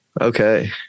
Okay